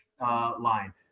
line